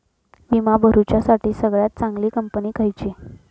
विमा भरुच्यासाठी सगळयात चागंली कंपनी खयची?